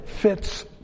fits